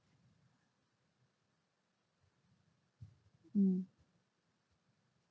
mm